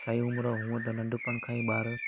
सही उमिरि हूअं त नंढपण खां ई ॿारु